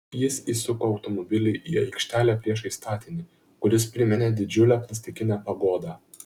jis įsuko automobilį į aikštelę priešais statinį kuris priminė didžiulę plastikinę pagodą